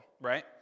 right